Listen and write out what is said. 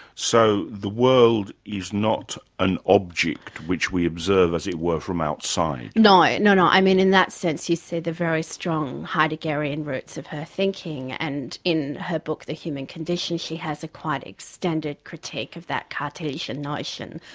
so the world is not an object which we observe, as it were, from outside? no. no, no. i mean, in that sense, you see the very strong heideggerian roots of her thinking. and in her book the human condition she has a quite extended critique of that cartesian notion,